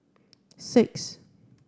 six